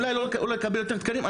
אולי לקבל יותר תקנים.